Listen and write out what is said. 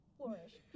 Flourish